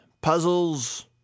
puzzles